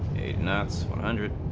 knott's hundred